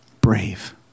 Brave